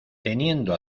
teniendo